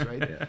right